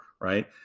Right